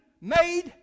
made